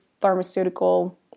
pharmaceutical